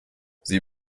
sie